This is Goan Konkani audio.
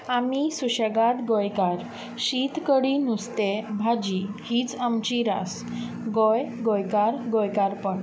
आमी सुशेगाद गोंयकार शीत कडी नुस्तें भाजी हीच आमची रास गोंय गोंयकार गोंयकारपण